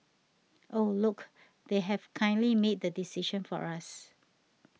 oh look they have kindly made the decision for us